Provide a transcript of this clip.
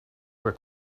were